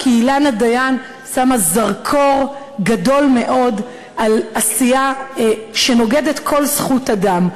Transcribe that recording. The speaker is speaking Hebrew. כי אילנה דיין שמה זרקור גדול מאוד על עשייה שנוגדת כל זכות אדם.